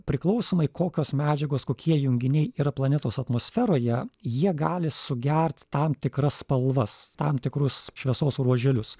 priklausomai kokios medžiagos kokie junginiai yra planetos atmosferoje jie gali sugert tam tikras spalvas tam tikrus šviesos ruoželius